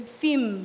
film